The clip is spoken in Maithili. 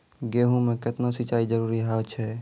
गेहूँ म केतना सिंचाई जरूरी होय छै?